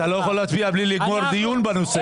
אבל אתה לא יכול להצביע בלי לגמור דיון בנושא.